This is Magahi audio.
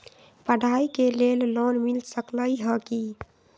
पढाई के लेल लोन मिल सकलई ह की?